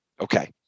Okay